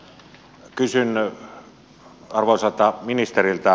kysyn arvoisalta ministeriltä